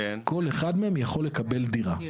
כל אחד מהם יכול לקבל דירה.